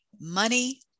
money